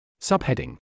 Subheading